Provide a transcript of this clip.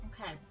Okay